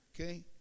Okay